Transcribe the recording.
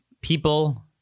people